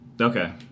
Okay